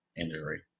injury